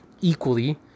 equally